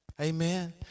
amen